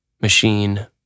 machine